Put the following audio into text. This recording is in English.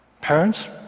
Parents